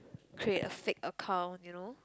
create a fake account you know